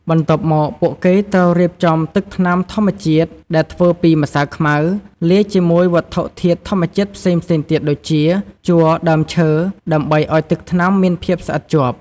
បន្ទាប់មក ពួកគេត្រូវរៀបចំទឹកថ្នាំធម្មជាតិដែលធ្វើពី ម្សៅខ្មៅ លាយជាមួយវត្ថុធាតុធម្មជាតិផ្សេងៗទៀតដូចជា ជ័រដើមឈើដើម្បីឱ្យទឹកថ្នាំមានភាពស្អិតជាប់។